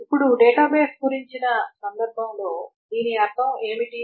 ఇప్పుడు డేటాబేస్ గురించిన సందర్భంలో దీని అర్థం ఏమిటి